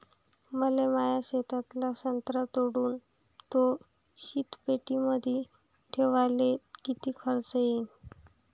मले माया शेतातला संत्रा तोडून तो शीतपेटीमंदी ठेवायले किती खर्च येईन?